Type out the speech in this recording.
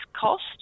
cost